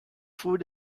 food